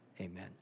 amen